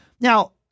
Now